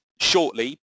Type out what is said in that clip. shortly